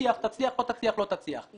תצליח תצליח, לא תצליח לא תצליח.